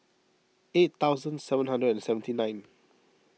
eight thousand seven hundred and seventy nine